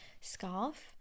scarf